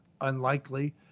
unlikely